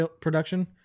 production